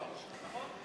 נכון.